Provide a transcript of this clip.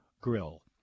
Grill